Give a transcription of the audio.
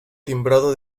timbrado